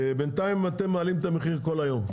בינתיים אתם מעלים את המחיר כל היום,